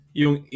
yung